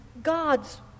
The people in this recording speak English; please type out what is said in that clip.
God's